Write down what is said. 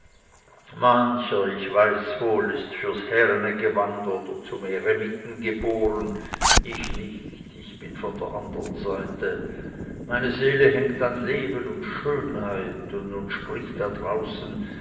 mancher ich weiß wohl ist fürs härene gewand oder zum eremiten geboren ich nicht ich bin von der andern seite meine seele hängt an leben und schönheit und nun spricht da draußen